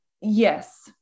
yes